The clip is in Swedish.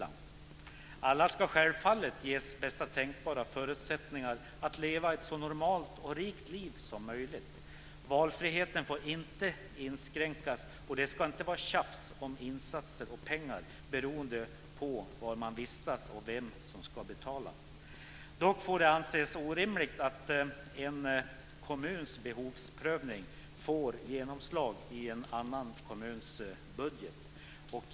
Alla ska självfallet ges bästa tänkbara förutsättningar att leva ett så normalt och rikt liv som möjligt. Valfriheten får inte inskränkas, och det ska inte vara tjafs om insatser och pengar beroende på var man vistas och vem som ska betala. Dock får det anses orimligt att en kommuns behovsprövning får genomslag i en annan kommuns budget.